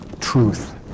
truth